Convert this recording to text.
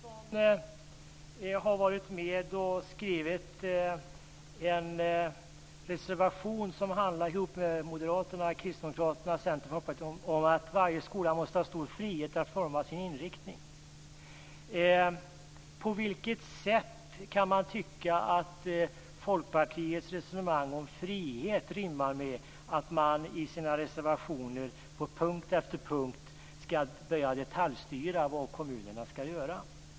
Fru talman! Ulf Nilsson har varit med och skrivit en reservation ihop med Moderaterna, Kristdemokraterna och Centerpartiet om att varje skola måste ha stor frihet att forma sin inriktning. På vilket sätt kan man tycka att Folkpartiets resonemang om frihet rimmar med att man i sina reservationer på punkt efter punkt ska börja detaljstyra vad kommunerna ska göra?